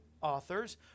authors